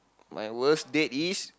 my worst date is